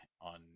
on